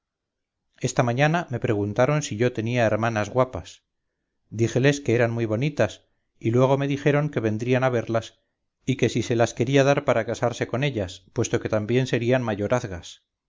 esta mañana me preguntaron si yo tenía hermanas guapas díjeles que eran muy bonitas y luego me dijeron que vendrían a verlas y que si se las quería dar para casarse con ellas puesto que también serían mayorazgas